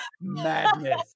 madness